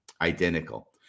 identical